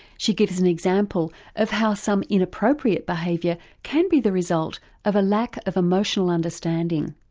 she gives an example of how some inappropriate behaviour can be the result of a lack of emotional understanding.